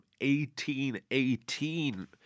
1818